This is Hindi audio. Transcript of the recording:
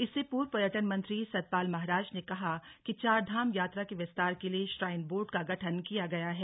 इससे पूर्व पर्यटन मंत्री सतपाल महाराज ने कहा कि चारधाम यात्रा के विस्तार के लिए श्राइन बोर्ड का गठन किया गया है